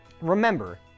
remember